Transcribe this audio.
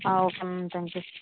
ah okay ma'am thank you